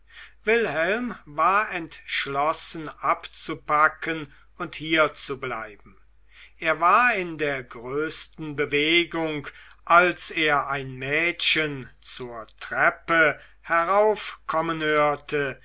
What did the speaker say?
wilhelm war entschlossen abzupacken und hier zu bleiben er war in der größten bewegung als er ein mädchen zur treppe heraufkommen hörte